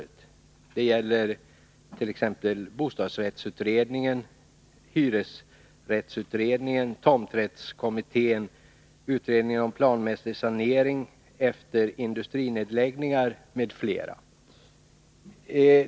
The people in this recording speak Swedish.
Detta gäller bostadsrättsutredningen, hyresrättsutredningen, tomträttskommittén, utredningen om planmässig sanering efter industrinedläggningar m.fl.